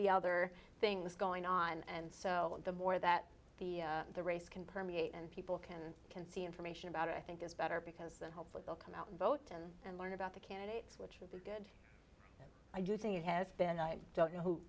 the other things going on and so the more that the the race can permeate and people can can see information about it i think is better because then hopefully they'll come out and vote and learn about the candidates which will be good i do think it has been i don't know who